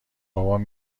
بابام